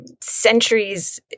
centuries